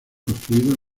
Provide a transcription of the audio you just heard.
construidos